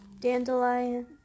Dandelion